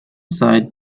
side